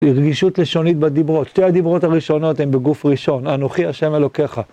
הרגישות לשונית בדברות. שתי הדברות הראשונות הן בגוף ראשון. אנוכי השם אלוקיך.